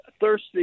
thirsty